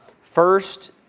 First